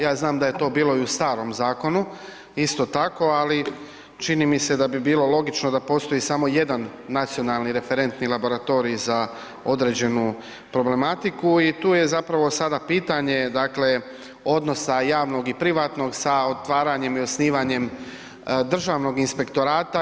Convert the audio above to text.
Ja znam da je to bilo i u starom zakonu isto tako, ali čini mi se da bi bilo logično da postoji samo jedan nacionalni referentni laboratorij za određenu problematiku i tu je zapravo sada pitanje dakle, odnosa javnog i privatnog sa otvaranjem i osnivanjem Državnog inspektorata.